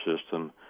system